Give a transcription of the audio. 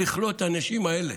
אי-אפשר לכלוא את הנשים האלה.